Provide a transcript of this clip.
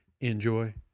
Enjoy